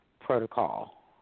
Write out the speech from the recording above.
protocol